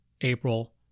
April